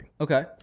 Okay